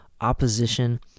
opposition